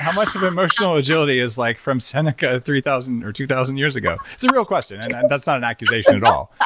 much of emotional agility is like from seneca three thousand or two thousand years ago? it's a real question and that's not an accusation at all.